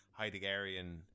Heideggerian